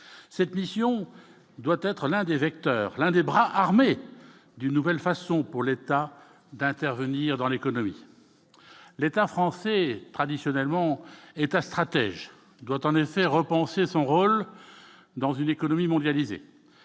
cette mission doit être l'un des vecteurs, l'un des bras armé d'une nouvelle façon pour l'État d'intervenir dans l'économie, l'État français, traditionnellement état stratège doit en effet repenser son rôle dans une économie mondialisée,